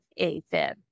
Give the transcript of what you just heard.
AFib